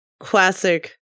classic